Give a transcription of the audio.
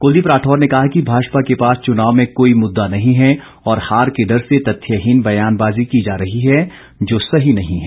कुलदीप राठौर ने कहा कि भाजपा के पास चुनाव में कोई मुददा नहीं हैं और हार के डर से तथ्यहीन बयानबाजी की जा रही है जो सही नहीं है